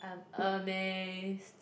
I'm amazed